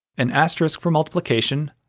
an asterisk for multiplication,